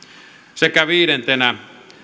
sekä viidentenä